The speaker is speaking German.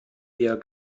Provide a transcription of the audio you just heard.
wir